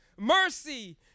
Mercy